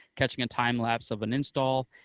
catching a time lapse of an install,